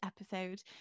episode